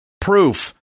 proof